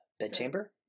bedchamber